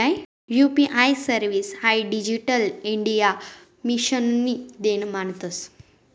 UPI service हाई digital India मिशननी देन मानतंस